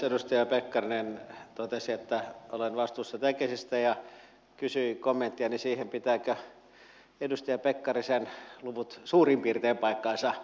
edustaja pekkarinen totesi että olen vastuussa tekesistä ja kysyi kommenttiani siihen pitävätkö edustaja pekkarisen luvut suurin piirtein paikkansa